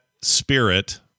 spirit